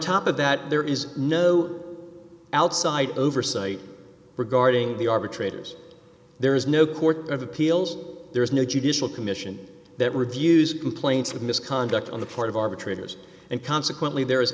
top of that there is no outside oversight regarding the arbitrator's there is no court of appeals there is no judicial commission that reviews complaints of misconduct on the part of arbitrators and consequently there